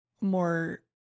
more